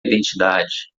identidade